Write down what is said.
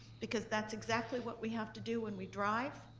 because that's exactly what we have to do when we drive,